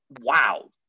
wow